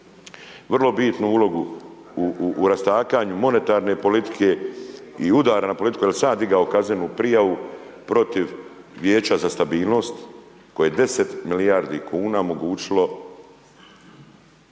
vrlo bitnu ulogu u rastakanju monetarne politike i udara na politiku jer sam ja digao kaznenu prijavu protiv vijeća za stabilnost koje je 10 milijardi kuna omogućilo